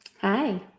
Hi